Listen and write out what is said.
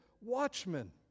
watchmen